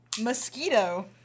Mosquito